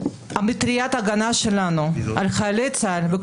מטריית ההגנה שלנו על חיילי צה"ל ועל